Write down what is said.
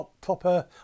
proper